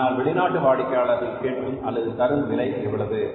ஆனால் வெளிநாட்டு வாடிக்கையாளர் கேட்கும் அல்லது தரும் விலை எவ்வளவு